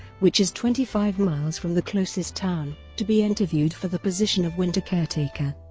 which is twenty-five miles from the closest town, to be interviewed for the position of winter caretaker.